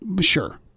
Sure